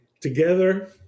together